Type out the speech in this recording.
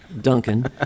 Duncan